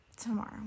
tomorrow